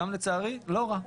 גם לצערי לא רע.